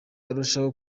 arushaho